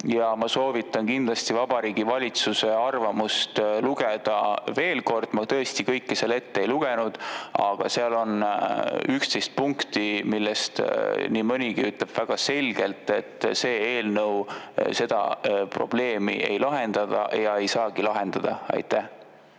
ja ma soovitan kindlasti Vabariigi Valitsuse arvamust veel kord lugeda. Ma tõesti kõike seda ette ei lugenud, aga seal on 11 punkti, millest nii mõnigi ütleb väga selgelt, et see eelnõu seda probleemi ei lahenda ja ei saagi lahendada. Aitäh!